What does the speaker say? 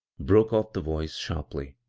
broke off the voice sharply,